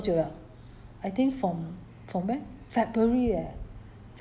ya 我很久没有出去 liao leh 你看我在这边在这边要两三个月 liao leh 我待在家有久 liao